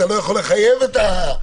אתה לא יכול לחייב את האוכלוסייה.